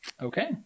Okay